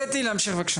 קטי, להמשיך בבקשה.